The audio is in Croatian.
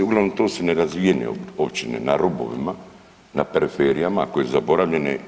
Uglavnom to su nerazvijene općine na rubovima, na periferijama koje su zaboravljene.